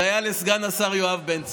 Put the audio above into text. זה היה לסגן השר יואב בן צור.